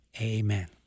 Amen